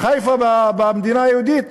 חיפה במדינה היהודית,